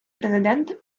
президент